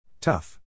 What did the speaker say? Tough